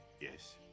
yes